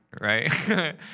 Right